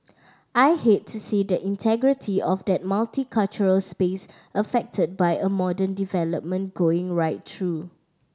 I hate to see the integrity of that multicultural space affected by a modern development going right through